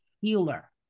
healer